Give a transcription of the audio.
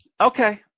Okay